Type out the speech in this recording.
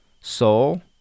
Soul